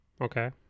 Okay